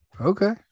Okay